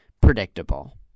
predictable